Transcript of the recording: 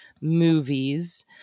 movies